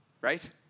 right